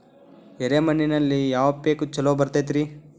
ಎರೆ ಮಣ್ಣಿನಲ್ಲಿ ಯಾವ ಪೇಕ್ ಛಲೋ ಬರತೈತ್ರಿ?